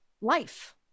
life